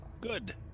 good